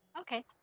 Okay